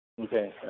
Okay